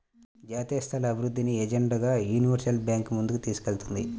జాతీయస్థాయిలో అభివృద్ధిని ఎజెండాగా యూనివర్సల్ బ్యాంకు ముందుకు తీసుకెళ్తుంది